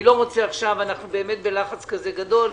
ממילא אנחנו בלחץ כזה גדול.